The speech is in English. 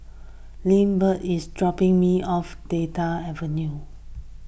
Lindbergh is dropping me off Delta Avenue